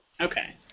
Okay